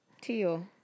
Teal